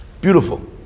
Beautiful